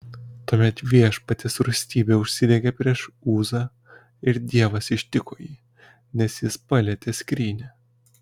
tuomet viešpaties rūstybė užsidegė prieš uzą ir dievas ištiko jį nes jis palietė skrynią